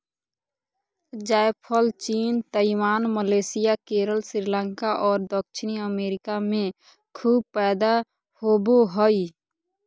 जायफल चीन, Taiwan, Malaysia, Kerala, Sri Lanka और दक्षिणी अमेरिका में खूब पैदा होबो हइ